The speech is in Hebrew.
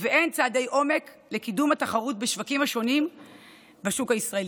והן צעדי עומק לקידום התחרות בשווקים השונים בשוק הישראלי,